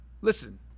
Listen